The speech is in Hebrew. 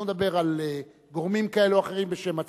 אני לא מדבר על גורמים כאלה ואחרים בשם עצמם,